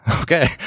Okay